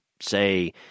say